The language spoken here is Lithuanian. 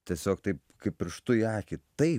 tiesiog taip kaip pirštu į akį tai